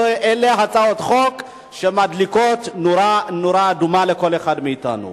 אלה הצעות חוק שמדליקות נורה אדומה אצל כל אחד מאתנו.